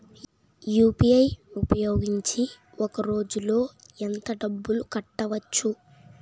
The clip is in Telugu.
యు.పి.ఐ ఉపయోగించి ఒక రోజులో ఎంత డబ్బులు కట్టవచ్చు?